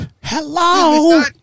Hello